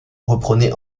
reprenait